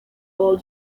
all